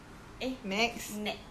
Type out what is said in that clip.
eh nett